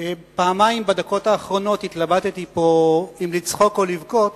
פעמיים בדקות האחרונות התלבטתי פה אם לצחוק או לבכות,